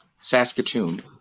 Saskatoon